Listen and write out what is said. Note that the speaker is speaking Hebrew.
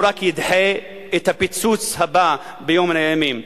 הוא רק ידחה את הפיצוץ הבא ליום מן הימים.